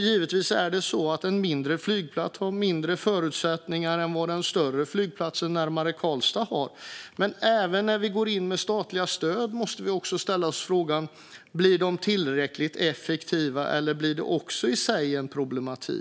Givetvis har en mindre flygplats sämre förutsättningar än den större flygplatsen närmare Karlstad har. Men även när vi går in med statliga stöd måste vi ställa oss frågan om de blir tillräckligt effektiva eller om de i sig blir ett problem.